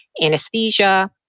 anesthesia